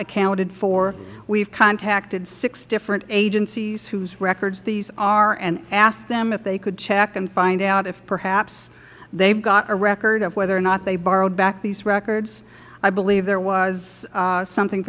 accounted for we have contacted six different agencies whose records these are and asked them if they could check and find out if perhaps they have a record of whether or not they borrowed back these records i believe there was something